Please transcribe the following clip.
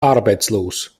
arbeitslos